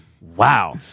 Wow